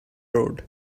road